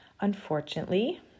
Unfortunately